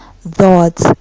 thoughts